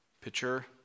picture